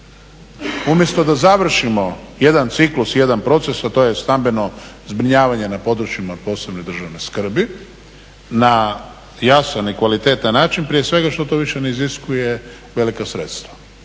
Umjesto da završimo jedan ciklus i jedan proces, a to je stambeno zbrinjavanje na područjima od posebne državne skrbi, na jasan i kvalitetan način, prije svega što to više ne iziskuje velika sredstva